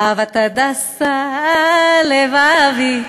"אהבת הדסה על לבבי,